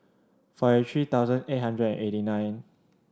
forty three thousand eight hundred and eighty nine